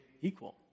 equal